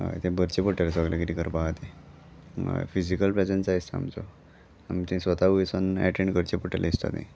हय तें भरचें पडटलें सगळें किदं करपा आहा तें हय फिजीकल प्रेजन्स जाय आसता आमचो आमचें स्वता वयसान एटेंड करचें पडटलें दिसता थंय